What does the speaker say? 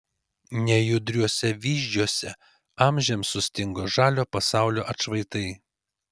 nejudriuose vyzdžiuose amžiams sustingo žalio pasaulio atšvaitai